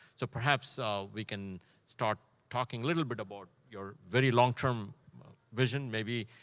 so perhaps so we can start talking little bit about your very long-term vision, maybe,